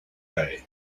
day